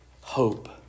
hope